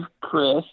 Chris